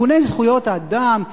ארגוני זכויות אדם,